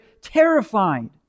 terrified